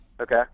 okay